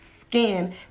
skin